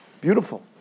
beautiful